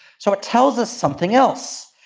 so it tells us something else.